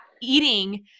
eating